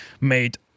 made